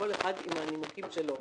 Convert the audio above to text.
כל אחד עם הנימוקים שלו.